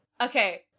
Okay